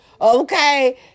Okay